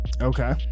Okay